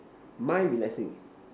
mind relaxing